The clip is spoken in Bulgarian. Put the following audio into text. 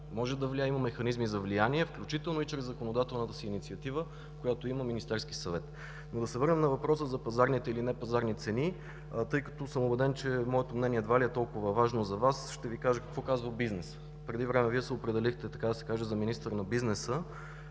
може да влияе, има механизми за влияние, включително чрез законодателната си инициатива, която има Министерският съвет. Да се върнем на въпроса за пазарните или непазарни цени. Тъй като съм убеден, че моето мнение едва ли е толкова важно за Вас, ще Ви кажа какво смята бизнесът. Преди време Вие се определихте, така да се каже, за министър на бизнеса.